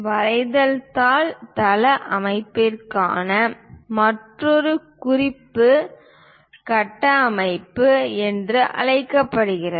வரைதல் தாள் தளவமைப்புக்கான மற்றொன்று குறிப்பு கட்டம் அமைப்பு என்று அழைக்கப்படுகிறது